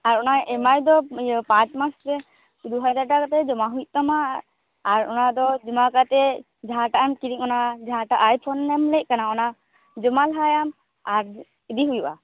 ᱟᱨ ᱚᱱᱟ ᱮᱢᱟᱭ ᱫᱚ ᱤᱭᱟᱹ ᱯᱟᱪ ᱢᱟᱥᱨᱮ ᱫᱩ ᱦᱟᱡᱟᱨ ᱴᱟᱠᱟᱛᱮ ᱡᱚᱢᱟ ᱦᱩᱭ ᱛᱟᱢᱟ ᱟᱨ ᱟᱨ ᱚᱱᱟᱫᱚ ᱵᱤᱢᱟ ᱠᱟᱛᱮ ᱡᱟᱦᱟᱸᱴᱟᱜ ᱟᱢ ᱠᱤᱨᱤᱧ ᱚᱱᱟ ᱡᱟᱦᱟᱸᱴᱟ ᱟᱭᱯᱷᱳᱱ ᱧᱟᱢ ᱞᱟᱹᱭ ᱠᱟᱱᱟ ᱚᱱᱟ ᱡᱚᱢᱟ ᱞᱮᱠᱷᱟᱱ ᱟᱨ ᱤᱫᱤ ᱦᱩᱭᱩᱜᱼᱟ